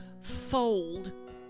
fold